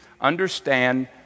understand